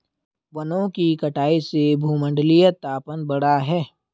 वनों की कटाई से भूमंडलीय तापन बढ़ा है